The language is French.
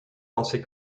pensait